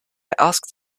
asked